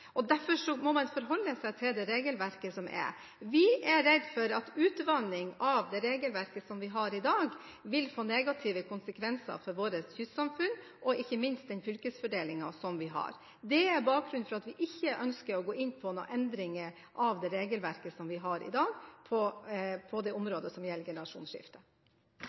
at utvanning av det regelverket vi har i dag, vil få negative konsekvenser for våre kystsamfunn og, ikke minst, for den fylkesfordelingen vi har. Det er bakgrunnen for at vi på det området som gjelder generasjonsskifte, ikke ønsker å gå inn for noen endringer av det regelverket som vi har i dag.